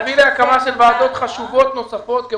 להקמת ועדות חשובות נוספות.